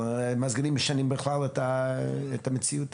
מזגנים משנים את המציאות.